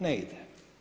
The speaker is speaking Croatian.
Ne ide.